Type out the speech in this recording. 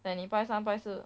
that 你拜三拜四